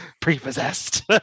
Pre-possessed